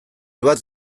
bat